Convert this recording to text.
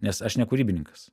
nes aš ne kūrybininkas